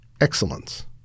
excellence